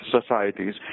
societies